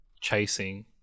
chasing